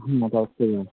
হুম ওটা আসতেই হবে